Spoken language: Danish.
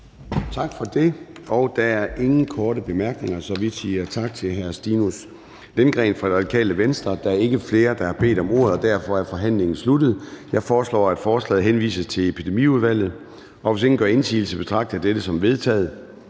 Tak for det. Der er ingen korte bemærkninger, så vi siger tak til hr. Stinus Lindgreen fra Radikale Venstre. Der er ikke flere, der har bedt om ordet, og derfor er forhandlingen sluttet. Jeg foreslår, at forslaget til folketingsbeslutning henvises til Epidemiudvalget. Hvis ingen gør indsigelse, betragter jeg dette som vedtaget.